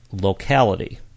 locality